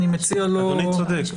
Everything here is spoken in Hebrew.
אדוני צודק.